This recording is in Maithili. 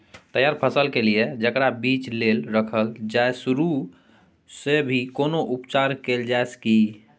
तैयार फसल के लिए जेकरा बीज लेल रखल जाय सुरू मे भी कोनो उपचार कैल जाय की?